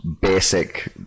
basic